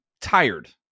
tired